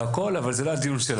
אבל זה לא הדיון שלנו.